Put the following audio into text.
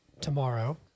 tomorrow